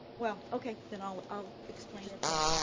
well, okay, then i'll i'll explain it then.